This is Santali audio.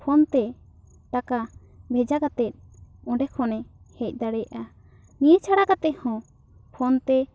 ᱯᱷᱳᱱ ᱛᱮ ᱴᱟᱠᱟ ᱵᱷᱮᱡᱟ ᱠᱟᱛᱮ ᱚᱸᱰᱮ ᱠᱷᱚᱱᱮ ᱦᱮᱡ ᱫᱟᱲᱮᱭᱟᱜᱼᱟ ᱱᱤᱭᱟᱹ ᱪᱷᱟᱲᱟ ᱠᱟᱛᱮ ᱦᱚᱸ ᱯᱷᱳᱱ ᱛᱮ